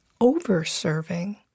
over-serving